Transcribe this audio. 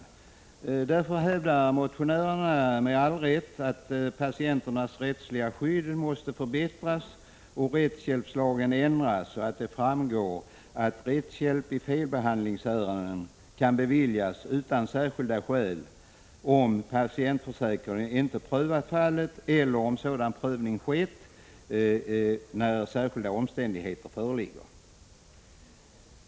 Motionärerna hävdar därför med all rätt att patienternas rättsliga skydd måste förbättras och rättshjälpslagen ändras så, att det framgår att rättshjälp i felbehandlingsärenden kan beviljas utan särskilda skäl, om patientförsäkringen inte prövar fallet eller har prövat fallet när särskilda omständigheter föreligger.